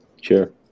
Sure